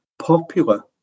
popular